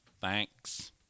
Thanks